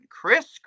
Chris